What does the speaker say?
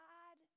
God